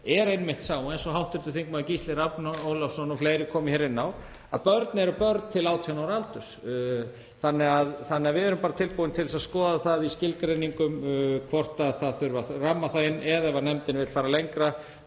er einmitt sá, eins og hv. þm. Gísli Rafn Ólafsson og fleiri komu inn á, að börn eru börn til 18 ára aldurs. Þannig að við erum bara tilbúin til að skoða það í skilgreiningum og hvort það þurfi að ramma það inn. Ef nefndin vill fara lengra